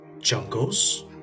Jungles